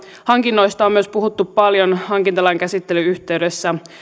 hankinnoista on myös puhuttu paljon hankintalain käsittelyn yhteydessä